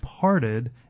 parted